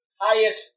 highest